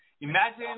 imagine –